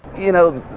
you know,